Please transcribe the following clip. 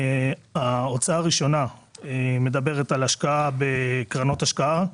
ההוצאה הראשונה מדברת על השקעה בקרנות השקעה,